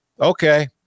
Okay